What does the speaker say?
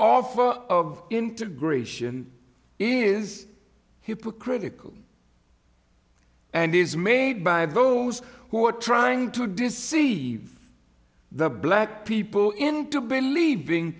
of of integration is hypocritical and is made by those who are trying to deceive the black people into believing